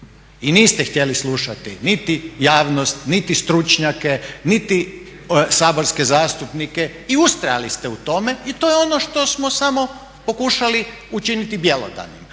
I niste htjeli slušati niti javnost, niti stručnjake, niti saborske zastupnike i ustrajali ste u tome i to je ono što smo samo pokušali učiniti bjelodani.